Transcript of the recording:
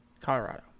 Colorado